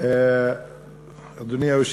ואם לא,